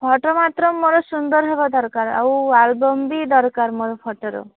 photo ମାତ୍ର ମୋର ସୁନ୍ଦରହେବା ଦରକାର ଆଉ ଆଲବମ୍ ବି ଦରକାର ମୋର ଫୋଟୋ ରୁ